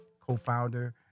co-founder